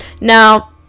Now